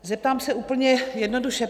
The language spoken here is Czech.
Zeptám se úplně jednoduše.